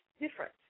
different